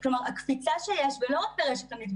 הקפיצה שיש ולא רק ברשת אמית,